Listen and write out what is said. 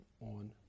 on